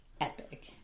Epic